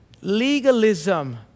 Legalism